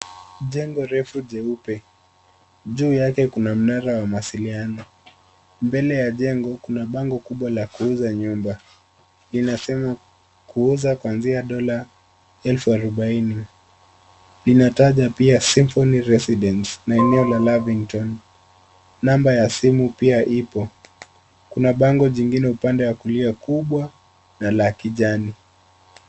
Jengo refu jeupe. Juu yake kuna mnara wa mawasiliano. Mbele ya jengo kuna bango kubwa la kuuza nyumba, linasema kuuza kuanza dola elfu arubaini. Linataja pia Symphony residence na eneo la Lavington. Namba ya simu pia ipo. Kuna bango jingine upande wa kulia kubwa na la kijani.